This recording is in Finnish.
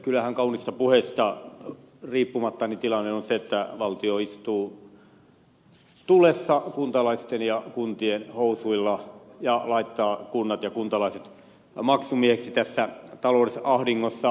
kyllähän kauniista puheista riippumatta tilanne on se että valtio istuu tulessa kuntien ja kuntalaisten housuilla ja laittaa kunnat ja kuntalaiset maksumiehiksi tässä taloudellisessa ahdingossa